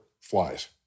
flies